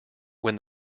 when